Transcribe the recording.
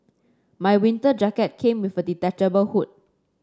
my winter jacket came with a detachable hood